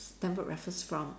Stamford Raffles from